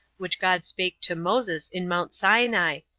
which god spake to moses in mount sinai,